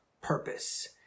purpose